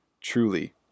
Truly